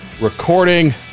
recording